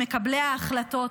מקבלי ההחלטות,